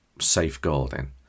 safeguarding